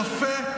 יפה.